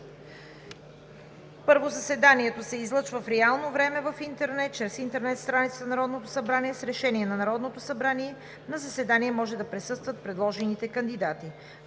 „1. Заседанието се излъчва в реално време в интернет чрез интернет страницата на Народното събрание. С решение на Народното събрание на заседанието може да присъстват предложените кандидати.